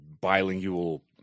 bilingual